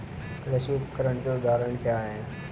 कृषि उपकरण के उदाहरण क्या हैं?